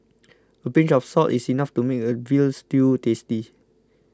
a pinch of salt is enough to make a Veal Stew tasty